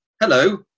Hello